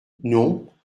non